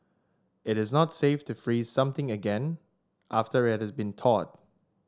it is not safe to freeze something again after it has been thawed